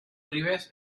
ribes